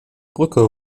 brücke